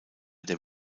der